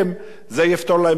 זה יפתור להם את הבעיה.